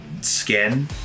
skin